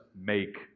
make